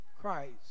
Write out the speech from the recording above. Christ